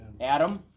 Adam